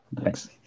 Thanks